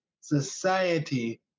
society